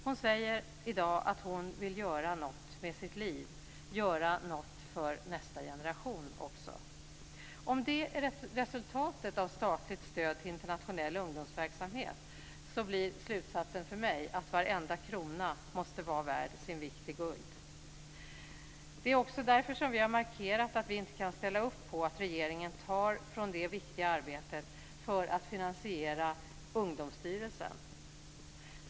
Hon säger i dag att hon vill göra något med sitt liv, göra något också för nästa generation. Om detta är resultatet av statligt stöd till internationell ungdomsverksamhet, blir slutsatsen för mig att varenda krona måste vara värd sin vikt i guld. Det är också därför som vi har markerat att vi inte kan ställa upp på att regeringen tar från detta viktiga arbete för att finansiera Ungdomsstyrelsen.